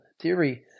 theory